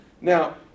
Now